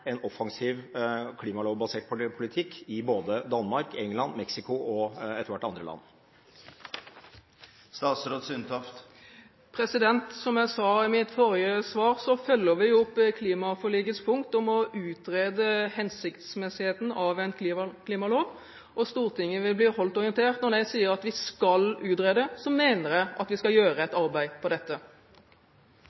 en offensiv klimalov basert på politikk i både Danmark, England, Mexico og etter hvert andre land. Som jeg sa i mitt forrige svar, følger vi opp klimaforlikets punkt om å utrede hensiktsmessigheten av en klimalov, og Stortinget vil bli holdt orientert. Når jeg sier at vi skal utrede, mener jeg at vi skal gjøre et